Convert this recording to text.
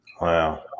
Wow